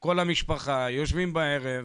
כל המשפחה היינו יושבים בערב,